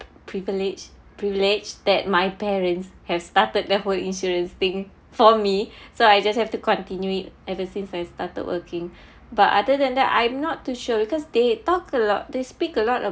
privileged privileged that my parents have started the whole insurance thing for me so I just have to continue it ever since I started working but other than that I'm not to sure because they talk a lot they speak a lot